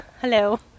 Hello